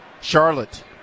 charlotte